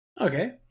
Okay